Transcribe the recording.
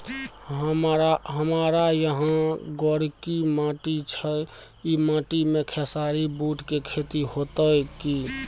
हमारा यहाँ गोरकी माटी छै ई माटी में खेसारी, बूट के खेती हौते की?